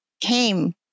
came